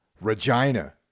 Regina